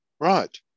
Right